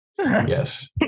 Yes